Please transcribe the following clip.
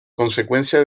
consecuencia